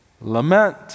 Lament